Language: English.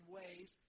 ways